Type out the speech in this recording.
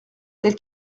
tel